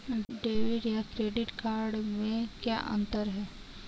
Debit या credit card में क्या अन्तर है?